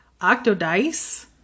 Octodice